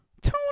Tony